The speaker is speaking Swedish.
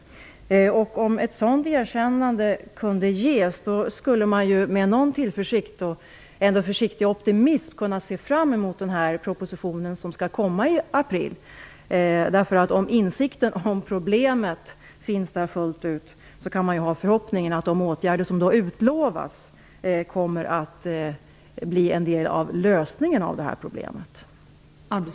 Om ett sådant erkännande kunde ges, skulle man med någon tillförsikt och med en försiktig optimism kunna se fram emot den proposition som skall komma i april. Om insikten om problemet finns fullt ut, kan man hysa förhoppningen att de åtgärder som utlovas kommer att bli en del av lösningen av det här problemet.